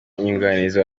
inyunganizi